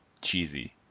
cheesy